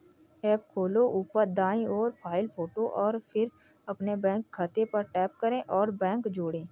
app खोलो, ऊपर दाईं ओर, प्रोफ़ाइल फ़ोटो और फिर अपने बैंक खाते पर टैप करें और बैंक जोड़ें